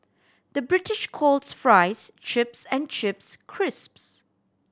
the British calls fries chips and chips crisps